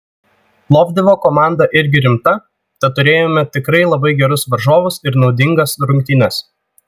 plovdivo komanda irgi rimta tad turėjome tikrai labai gerus varžovus ir naudingas rungtynes